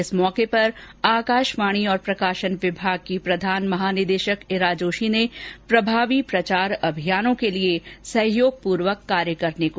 इस अवसर पर आकाशवाणी और प्रकाशन विभाग की प्रधान महानिदेशक इरा जोशी ने प्रभावी प्रचार अभियानों के लिए सहयोगपूर्वक कार्य करने को कहा